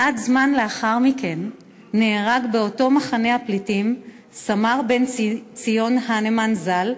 מעט זמן לאחר מכן נהרג באותו מחנה פליטים סמ"ר בן-ציון הנמן ז"ל,